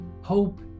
Hope